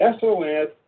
SOS